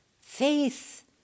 faith